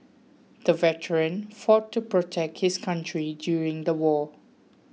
the veteran fought to protect his country during the war